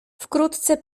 wkrótce